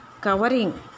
covering